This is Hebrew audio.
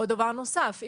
או דבר נוסף.